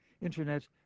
Internet